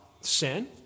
sin